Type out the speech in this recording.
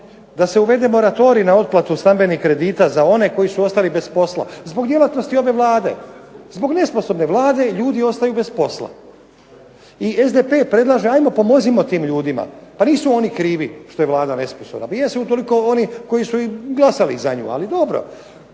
da se uvede moratorij na otplatu stambenih kredita za one koji su ostali bez posla, zbog djelatnosti ove Vlade, zbog nesposobnosti ove Vlade ljudi ostaju bez posla. SDP predlaže ajmo pomozimo tim ljudima nisu oni krivi što je ta Vlada nesposobna, ja se utoliko, oni koji su glasali za nju,